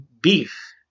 beef